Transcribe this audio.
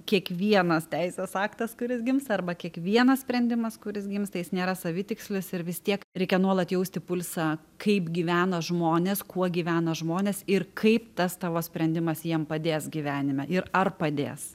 kiekvienas teisės aktas kuris gims arba kiekvienas sprendimas kuris gimsta jis nėra savitikslis ir vis tiek reikia nuolat jausti pulsą kaip gyvena žmonės kuo gyvena žmonės ir kaip tas tavo sprendimas jiem padės gyvenime ir ar padės